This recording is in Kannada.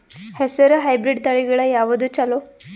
ಹೆಸರ ಹೈಬ್ರಿಡ್ ತಳಿಗಳ ಯಾವದು ಚಲೋ?